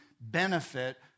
benefit